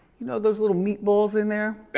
you know, those little meatballs in there.